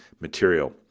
material